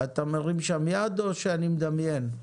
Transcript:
אתה מרים שם יד או שאני מדמיין?